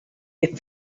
you